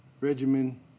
regimen